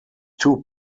two